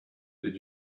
did